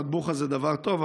מטבוחה זה דבר טוב,